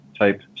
type